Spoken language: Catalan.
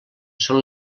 són